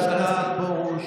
אנחנו ממשלה, חבר הכנסת פרוש,